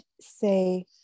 say